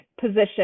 position